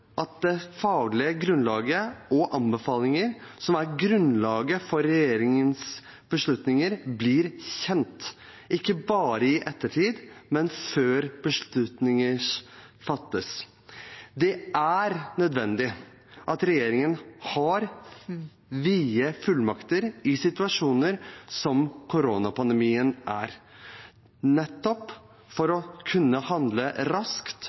at det faglige grunnlaget og anbefalinger som er grunnlaget for regjeringens beslutninger, blir kjent, ikke bare i ettertid, men før beslutninger fattes. Det er nødvendig at regjeringen har vide fullmakter i situasjoner som koronapandemien, nettopp for å kunne handle raskt